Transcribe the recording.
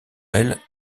elle